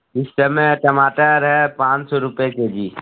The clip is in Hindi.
इस समय टमाटर है पाँच सौ रुपए के जी